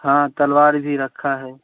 हाँ तलवार भी रखी है